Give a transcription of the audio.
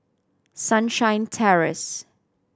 Sunshine Terrace